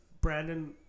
Brandon